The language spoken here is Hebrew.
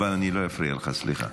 אבל אני לא אפריע לך, סליחה.